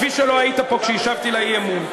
כפי שלא היית פה כשהשבתי לאי-אמון.